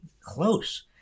close